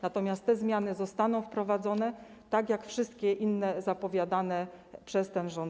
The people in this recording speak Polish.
Natomiast te zmiany zostaną wprowadzone, tak jak wszystkie inne zapowiadane przez ten rząd.